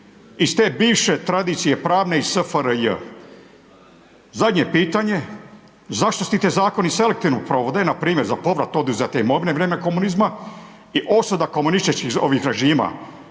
iz te bivše tradicije pravne, iz SFRJ. Zadnje pitanje, zašto se ti zakoni selektivno provode, npr. za povrat oduzete mirovine, za vrijeme komunizma i osuda komunističkih režima,